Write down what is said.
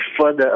further